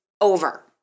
over